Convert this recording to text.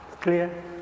Clear